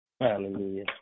Hallelujah